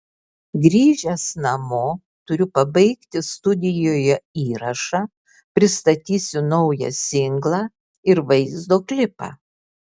grįžęs namo turiu pabaigti studijoje įrašą pristatysiu naują singlą ir vaizdo klipą